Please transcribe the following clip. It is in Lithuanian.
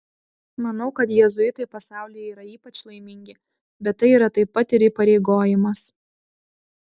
manau kad jėzuitai pasaulyje yra ypač laimingi bet tai yra taip pat ir įpareigojimas